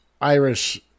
Irish